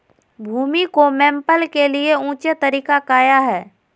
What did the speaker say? भूमि को मैपल के लिए ऊंचे तरीका काया है?